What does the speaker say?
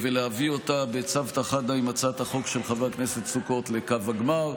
ולהביא אותה בצוותא חדא עם הצעת החוק של חבר הכנסת סוכות לקו הגמר.